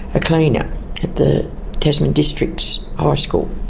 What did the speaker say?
ah clean ah at the tasman districts high school.